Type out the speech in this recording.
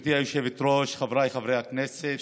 גברתי היושבת-ראש, חבריי חברי הכנסת,